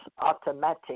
Automatic